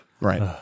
Right